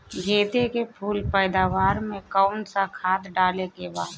गेदे के फूल पैदवार मे काउन् सा खाद डाले के बा?